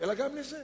אלא גם לזה.